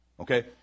Okay